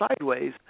sideways